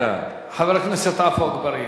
חבר הכנסת עפו אגבאריה,